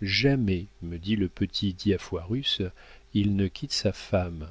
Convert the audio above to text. jamais me dit le petit diafoirus il ne quitte sa femme